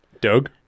Doug